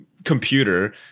Computer